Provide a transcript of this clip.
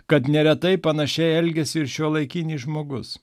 kad neretai panašiai elgiasi ir šiuolaikinis žmogus